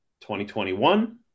2021